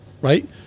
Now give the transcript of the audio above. right